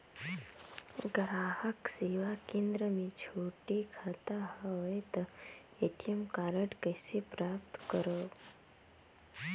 ग्राहक सेवा केंद्र मे छोटे खाता हवय त ए.टी.एम कारड कइसे प्राप्त करव?